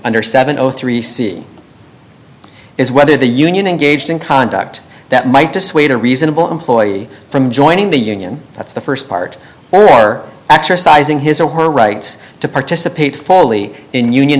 under seven zero three c is whether the union engaged in conduct that might dissuade a reasonable employee from joining the union that's the first part or exercising his or her rights to participate fully in union